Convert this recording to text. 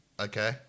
Okay